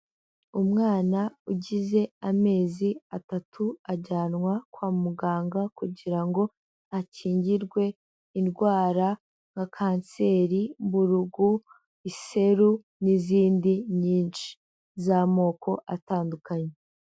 Umwana ugize amezi atatu ajyanwa kwa muganga kugira ngo akingirwe indwara nka kanseri, mburugu, iseru, n'izindi nyinshi z'amoko atandukanye.